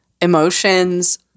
emotions